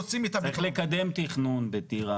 צריך לקדם תכנון בטירה,